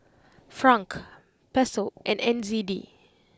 Franc Peso and N Z D